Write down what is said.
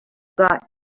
got